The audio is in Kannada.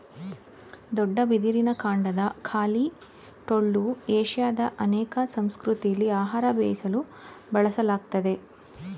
ದೊಡ್ಡ ಬಿದಿರಿನ ಕಾಂಡದ ಖಾಲಿ ಟೊಳ್ಳು ಏಷ್ಯಾದ ಅನೇಕ ಸಂಸ್ಕೃತಿಲಿ ಆಹಾರ ಬೇಯಿಸಲು ಬಳಸಲಾಗ್ತದೆ